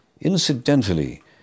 incidentally